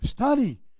Study